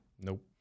Nope